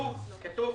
אופיר,